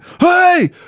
Hey